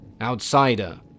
Outsider